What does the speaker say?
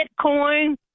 Bitcoin